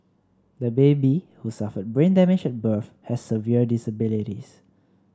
the baby who suffered brain damage at birth has severe disabilities